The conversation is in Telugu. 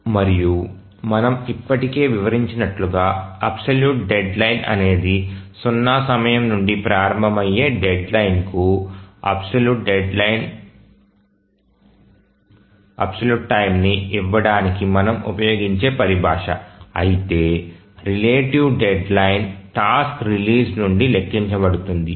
మరియు మనము ఇప్పటికే వివరించినట్లుగా అబ్సల్యూట్ డెడ్లైన్ అనేది సున్నా సమయం నుండి ప్రారంభమయ్యే డెడ్ లైన్ కు అబ్సల్యూట్ టైమ్ని ఇవ్వడానికి మనము ఉపయోగించే పరిభాష అయితే రిలేటివ్ డెడ్లైన్ టాస్క్ రిలీజ్ నుండి లెక్కించబడుతుంది